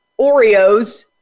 Oreos